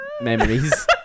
memories